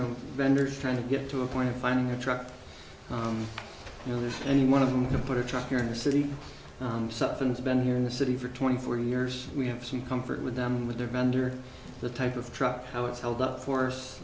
know vendors trying to get to a point of finding a truck you know any one of them to put a truck here in the city something has been here in the city for twenty four years we have some comfort with them with their vendor the type of truck how it's held up for